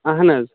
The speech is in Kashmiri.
اَہَن حظ